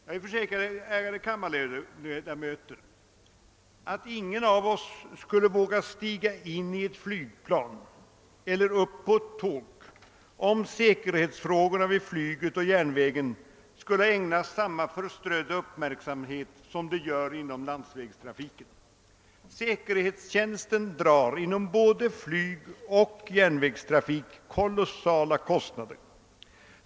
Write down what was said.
Jag försäkrar er, ärade kammarledamöter, att ingen av oss skulle våga stiga in i ett flygplan eller upp på ett tåg, om säkerhetsfrågorna vid flyget och järnvägen skulle ägnas samma förströdda uppmärksamhet som de gör inom landsvägstrafiken. Säkerhetstjänsten inom både flygoch järnvägstrafiken drar väldiga kostnader.